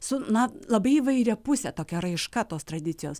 su na labai įvairiapusė tokia raiška tos tradicijos